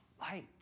light